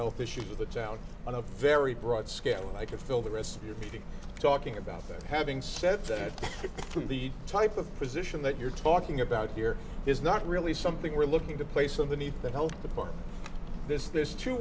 health issues of the town on a very broad scale and i could feel the rest of your meeting talking about that having said that the type of position that you're talking about here is not really something we're looking to place on the need to help the partner this there's two